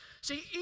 See